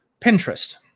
Pinterest